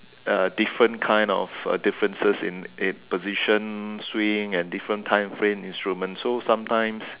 uh different kind of uh differences in a position swing and different time frame instrument so sometimes